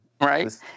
Right